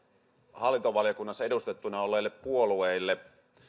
hallintovaliokunnassa edustettuina olleille puolueille tämä